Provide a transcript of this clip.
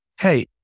Hey